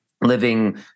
living